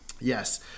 Yes